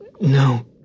No